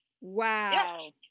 Wow